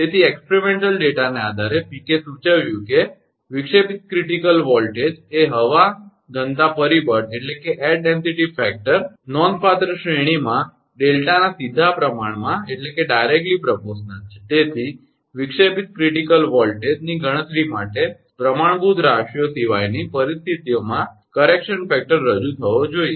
તેથી પ્રાયોગિક ડેટાના આધારે પીકે સૂચવ્યું કે વિક્ષેપિત ક્રિટિકલ વોલ્ટેજ એ હવા ઘનતા પરિબળ નોંધપાત્ર શ્રેણીમાં ડેલ્ટાના સીધા પ્રમાણસર છે તેથી વિક્ષેપિત ક્રિટિકલ વોલ્ટેજની ગણતરી માટે પ્રમાણભૂત રાશિઓ સિવાયની પરિસ્થિતિઓમાં સુધારણા પરિબળ રજૂ થવો જોઈએ